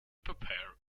prepare